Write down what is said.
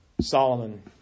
Solomon